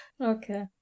Okay